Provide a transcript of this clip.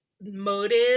motive